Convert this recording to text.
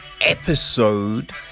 episode